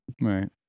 Right